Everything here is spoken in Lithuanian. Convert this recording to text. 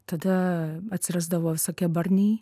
tada atsirasdavo visokie barniai